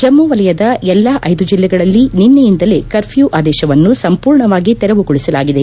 ಜಮ್ನ ವಲಯದ ಎಲ್ಲಾ ಐದು ಜಲ್ಲೆಗಳಲ್ಲಿ ನಿಸೈಯಿಂದಲೇ ಕರ್ಫ್ನೂ ಆದೇಶವನ್ನು ಸಂಪೂರ್ಣವಾಗಿ ತೆರವುಗೊಳಿಸಲಾಗಿದೆ